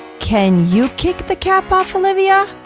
can you kick the cap off, olivia?